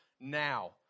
now